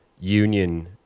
union